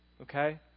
Okay